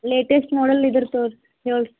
latest model ಇದ್ರ ತೋರ್ಸಿ ಹೇಳ್ರಿ